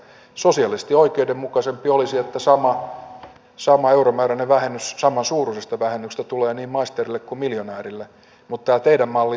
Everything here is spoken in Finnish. sosiaalisesti oikeudenmukaisempaa olisi että sama euromääräinen vähennys samansuuruisesta vähennyksestä tulee niin maisterille kuin miljonäärille mutta tämä teidän mallinne suosii miljonääriä